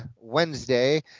wednesday